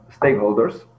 stakeholders